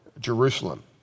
Jerusalem